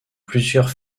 plusieurs